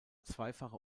zweifache